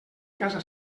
casa